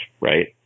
right